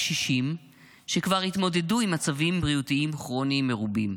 קשישים שכבר התמודדו עם מצבים בריאותיים כרוניים מרובים.